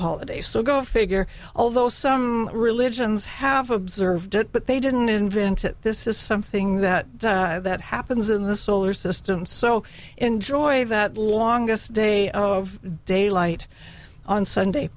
holiday so go figure although some religions have observed it but they didn't invent it this is something that that happens in the solar system so enjoy that longest day of daylight on sunday